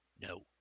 No